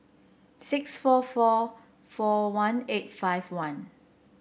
six four four four one eight five one